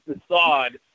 facade